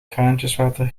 kraantjeswater